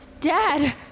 Dad